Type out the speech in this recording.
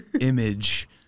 image